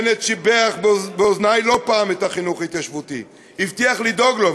בנט שיבח באוזני לא פעם את החינוך ההתיישבותי והבטיח לדאוג לו,